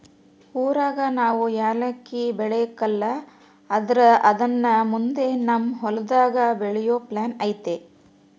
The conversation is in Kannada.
ಊರಾಗ ನಾವು ಯಾಲಕ್ಕಿ ಬೆಳೆಕಲ್ಲ ಆದ್ರ ಅದುನ್ನ ಮುಂದೆ ನಮ್ ಹೊಲದಾಗ ಬೆಳೆಯೋ ಪ್ಲಾನ್ ಐತೆ